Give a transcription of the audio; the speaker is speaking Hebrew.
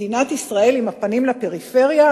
מדינת ישראל עם הפנים לפריפריה?